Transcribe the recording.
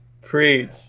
preach